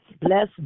Bless